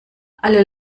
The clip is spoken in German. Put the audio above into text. alle